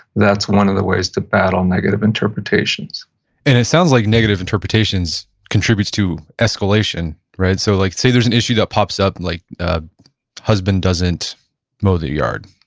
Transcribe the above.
that's one of the ways to battle negative interpretations and it sounds like negative interpretations contributes to escalation, right? so, like say there's an issue that pops up, like a husband doesn't mow the yard,